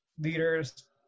leaders